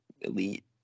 elite